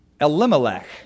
Elimelech